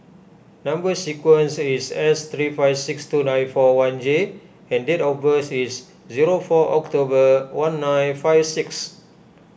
Number Sequence is S three five six two nine four one J and date of birth is zero four October one nine five six